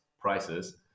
prices